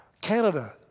Canada